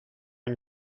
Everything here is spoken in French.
une